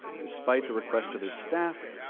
despite the request of his staff.